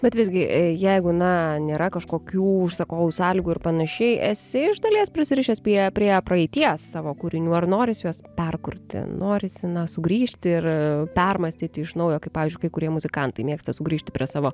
bet visgi jeigu na nėra kažkokių užsakovų sąlygų ir panašiai esi iš dalies prisirišęs prie prie praeities savo kūrinių ar noris juos perkurti norisi na sugrįžti ir permąstyti iš naujo kaip pavyzdžiui kai kurie muzikantai mėgsta sugrįžti prie savo